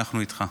אנחנו איתך.